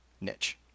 niche